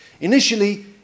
Initially